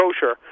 kosher